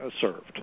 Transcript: served